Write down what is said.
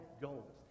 goals